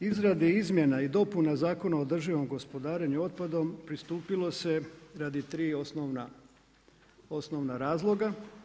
Izradi izmjena i dopuna Zakona o održivom gospodarenju otpadom pristupilo se radi tri osnovna razloga.